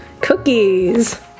cookies